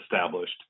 established